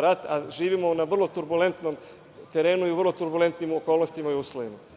rat, a živimo na vrlo turbulentnom terenu i u vrlo turbulentnim okolnostima i